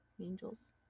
angels